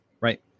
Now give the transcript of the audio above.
right